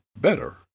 better